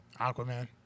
Aquaman